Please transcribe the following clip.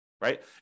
right